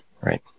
right